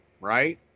right